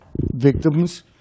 victims